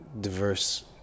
diverse